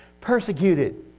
Persecuted